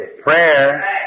Prayer